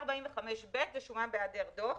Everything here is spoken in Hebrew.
145(ב)" ושומה בהיעדר דוח.